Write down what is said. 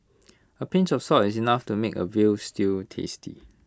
A pinch of salt is enough to make A Veal Stew tasty